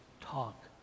talk